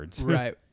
Right